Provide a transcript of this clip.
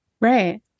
right